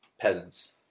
peasants